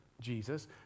Jesus